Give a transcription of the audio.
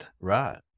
Right